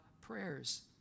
prayers